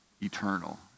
eternal